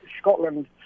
Scotland